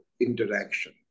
interaction